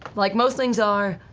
like most things are,